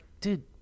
dude